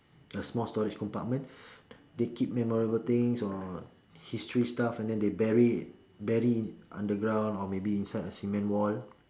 a small storage compartment they keep memorable things or history stuff and then they bury it bury underground or maybe inside a cement wall